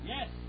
Yes